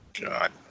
god